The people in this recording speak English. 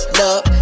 love